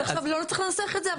אז עכשיו לא צריך לנסח את זה?